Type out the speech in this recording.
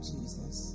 Jesus